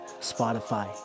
Spotify